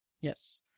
Yes